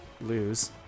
lose